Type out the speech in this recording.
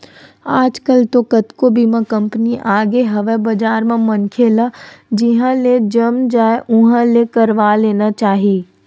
आजकल तो कतको बीमा कंपनी आगे हवय बजार म मनखे ल जिहाँ ले जम जाय उहाँ ले करवा लेना चाही